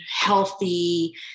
healthy